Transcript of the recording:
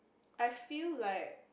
I feel like